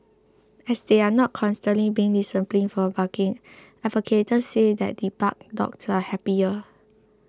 as they are not constantly being disciplined for barking advocates say that debarked dogs are happier